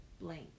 blank